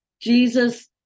Jesus